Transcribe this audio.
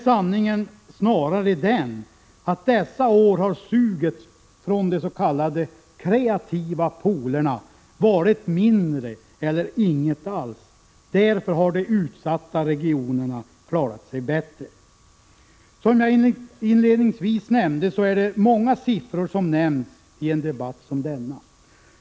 Sanningen är snarare den, att under dessa år har suget från de ”kreativa poolerna” varit mindre eller inget alls, och därför har de utsatta regionerna klarat sig bättre. Som jag inledningsvis sade är det många siffror som nämns i en debatt som denna.